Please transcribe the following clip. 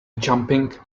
jumping